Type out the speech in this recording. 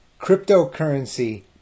cryptocurrency